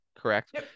correct